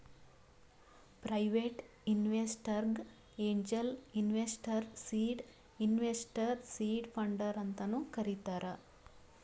private ಇನ್ವೆಸ್ಟರ್ಗ angel investor, seed investor, seed funder ಅಂತಾನು ಕರಿತಾರ್